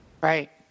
right